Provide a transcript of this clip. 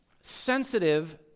sensitive